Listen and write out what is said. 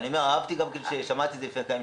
שמחתי לשמוע.